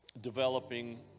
developing